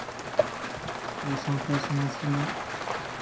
ᱟᱵᱚ ᱥᱟᱶᱛᱟ ᱥᱚᱢᱟᱡ ᱨᱮᱱᱟᱜ